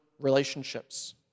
relationships